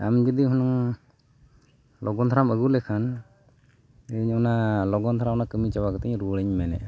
ᱟᱢ ᱡᱩᱫᱤ ᱦᱩᱱᱟᱹᱝ ᱞᱚᱜᱚᱱ ᱫᱷᱟᱨᱟᱢ ᱟᱹᱜᱩ ᱞᱮᱠᱷᱟᱱ ᱤᱧ ᱚᱱᱟ ᱞᱚᱜᱚᱱ ᱫᱷᱟᱨᱟ ᱚᱱᱟ ᱠᱟᱹᱢᱤ ᱪᱟᱵᱟ ᱠᱟᱛᱮᱫ ᱨᱩᱣᱟᱹᱲᱤᱧ ᱢᱮᱱᱮᱫᱼᱟ